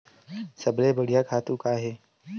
सबले बढ़िया खातु का हे?